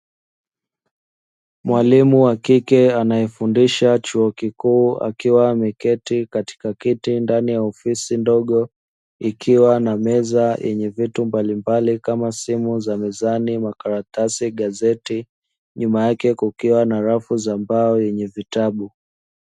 Mwalimu wa kike anayefundisha chuo kikuu akiwa ameketi katika kiti ndani ya ofisi ndogo ikiwa na meza yenye vitu mbalimbali kama: simu za mezani, makaratasi, gazeti; nyuma yake kukiwa na rafu za mbao yenye vitabu.